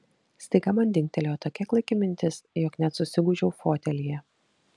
staiga man dingtelėjo tokia klaiki mintis jog net susigūžiau fotelyje